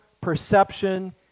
perception